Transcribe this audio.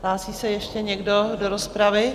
Hlásí se ještě někdo do rozpravy?